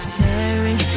Staring